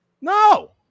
no